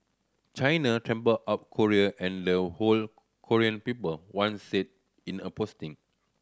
China trampled up Korea and the whole Korean people one said in a posting